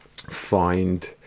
find